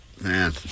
man